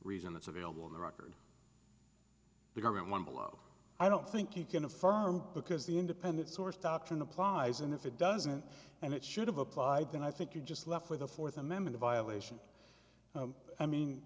reason that's available on the record the government one below i don't think you can affirm because the independent source doctrine applies and if it doesn't and it should've applied then i think you're just left with a fourth amendment violation i mean